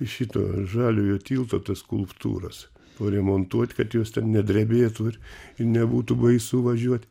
šito žaliojo tilto tas skulptūras paremontuot kad jos ten nedrebėtų ir i nebūtų baisu važiuot